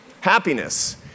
Happiness